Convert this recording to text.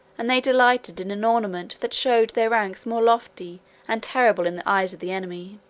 and they delighted in an ornament that showed their ranks more lofty and terrible in the eyes of the enemy.